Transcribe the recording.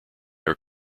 are